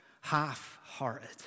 half-hearted